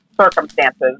circumstances